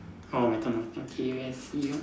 orh my turn okay let's see ah